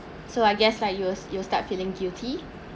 so I guess like yours you start feeling guilty